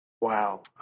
Wow